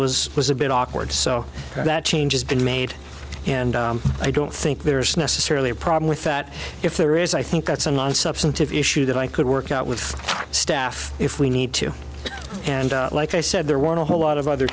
was was a bit awkward so that changes been made and i don't think there's necessarily a problem with that if there is i think that's a non substantive issue that i could work out with staff if we need to and like i said there were a whole lot of other